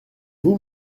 vous